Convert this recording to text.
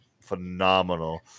phenomenal